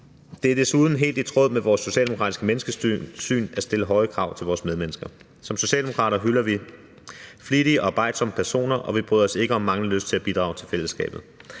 Det er desuden helt i tråd med vores socialdemokratiske menneskesyn at stille høje krav til vores medmennesker. Som socialdemokrater hylder vi flittige og arbejdsomme personer, og vi bryder os ikke om manglende lyst til at bidrage til fællesskabet.